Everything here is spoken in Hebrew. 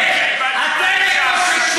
משנה, מרוקאים אתם לא מקבלים.